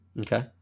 Okay